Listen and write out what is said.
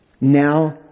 Now